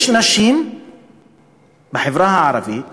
יש נשים בחברה הערבית שידוע,